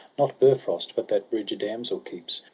not bifrost, but that bridge a damsel keeps.